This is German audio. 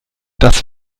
das